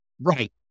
Right